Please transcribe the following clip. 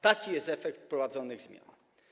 Taki jest efekt wprowadzonych zmian.